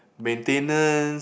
maintenance